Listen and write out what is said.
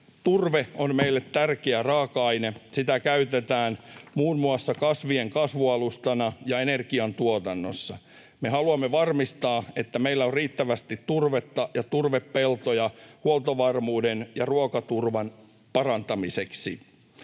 Turve on meille tärkeä raaka-aine, sitä käytetään muun muassa kasvien kasvualustana ja energiantuotannossa. Me haluamme varmistaa, että meillä on riittävästi turvetta ja turvepeltoja huoltovarmuuden ja ruokaturvan parantamiseksi.